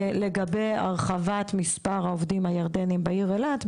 לגבי הרחבת מספר העובדים הירדני בעיר אילת,